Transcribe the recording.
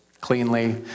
cleanly